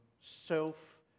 self